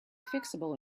fixable